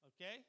okay